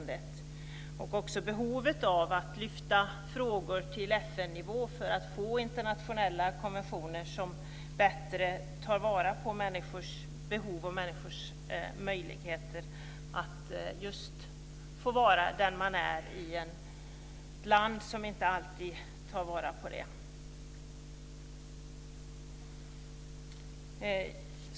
Det gäller också behovet av att lyfta frågor till FN-nivå för att få internationella konventioner som bättre tar vara på människors behov och människors möjligheter att få vara den de är i ett land som inte alltid tar vara på det.